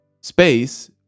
space